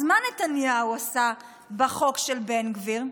אז מה נתניהו עשה בחוק של בן גביר?